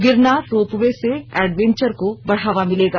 Girnar ropeway से adventure को बढ़ावा मिलेगा